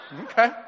okay